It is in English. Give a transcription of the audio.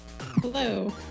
Hello